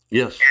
yes